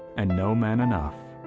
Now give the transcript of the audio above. and no man enough.